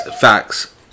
facts